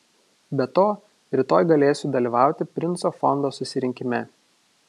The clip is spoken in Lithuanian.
be to rytoj galėsiu dalyvauti princo fondo susirinkime